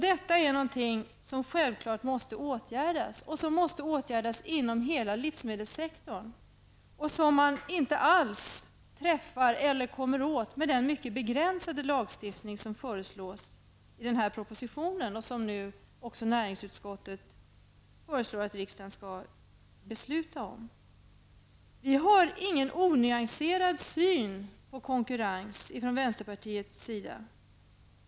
Detta måste självfallet åtgärdas, och det måste åtgärdas inom hela livsmedelssektorn. Man kommer inte åt detta med den mycket begränsade lagstiftning som föreslås i den här propositionen och som näringsutskottet nu föreslår att riksdagen skall besluta om. Ifrån vänsterpartiets sida har vi ingen onyanserad syn på konkurrensen.